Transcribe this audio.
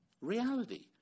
reality